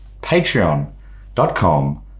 patreon.com